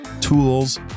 tools